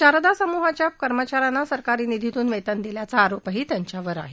शारदा समूहाच्या कर्मचाऱ्यांना सरकारी निधीतून वेतन दिल्याचा आरोपही त्यांच्यावर आहे